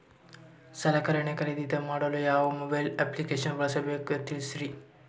ಸಲಕರಣೆ ಖರದಿದ ಮಾಡಲು ಯಾವ ಮೊಬೈಲ್ ಅಪ್ಲಿಕೇಶನ್ ಬಳಸಬೇಕ ತಿಲ್ಸರಿ?